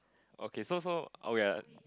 okay so so oh ya